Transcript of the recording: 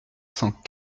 cent